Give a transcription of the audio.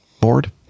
board